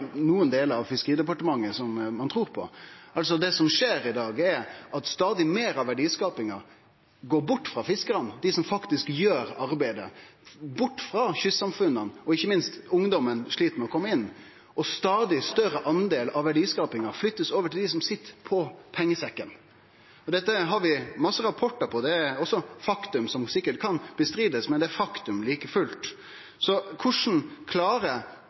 delar av Fiskeridepartementet som trur på. Det som skjer i dag, er at stadig meir av verdiskapinga går bort frå fiskarane – dei som faktisk gjer arbeidet – og bort frå kystsamfunna. Ikkje minst slit ungdomen med å kome inn. Ein stadig større del av verdiskapinga blir flytt over til dei som sit på pengesekken. Dette har vi mange rapportar om, det er faktum som ein sikkert kan nekte for, men det er like fullt faktum. Korleis klarer